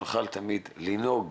שנוכל תמיד לנהוג